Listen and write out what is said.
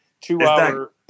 two-hour